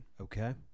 Okay